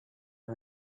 are